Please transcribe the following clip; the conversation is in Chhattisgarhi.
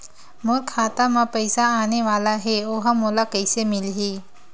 मोर खाता म पईसा आने वाला हे ओहा मोला कइसे मिलही?